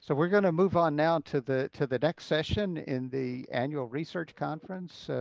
so we're going to move on now to the to the next session in the annual research conference.